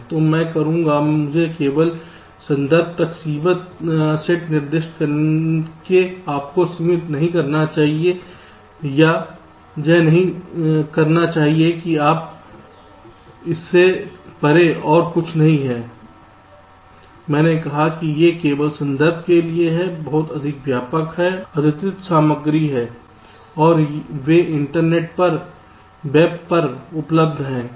तो मैं करूंगा मुझे केवल संदर्भ का एक सीमित सेट निर्दिष्ट करके आपको सीमित नहीं करना चाहिए या जय नहीं कहना चाहिए कि आप इससे परे और कुछ नहीं हैं मैंने कहा कि ये केवल संदर्भ के लिए हैं बहुत अधिक व्यापक और अद्यतित सामग्री हैं और वे इंटरनेट पर वेब पर उपलब्ध हैं